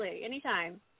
Anytime